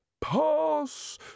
Pass